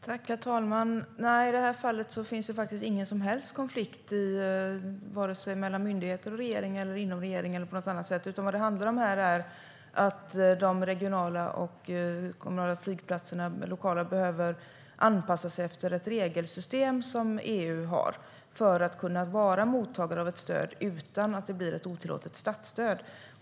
Herr talman! Nej, i det här fallet finns det faktiskt ingen som helst konflikt vare sig mellan myndigheterna och regeringen eller inom regeringen, utan vad det handlar om här är att de regionala och lokala flygplatserna behöver anpassa sig efter ett regelsystem som EU har för att kunna vara mottagare av ett stöd utan att det blir ett otillåtet statsstöd.